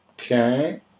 Okay